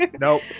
Nope